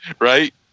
Right